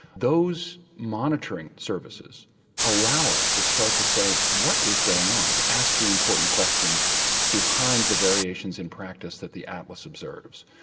those monitoring services allow us to start to say what is going on, to ask the important questions behind the variations in practice that the atlas observes.